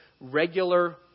regular